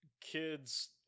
kid's